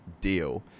deal